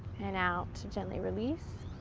and out. gently release.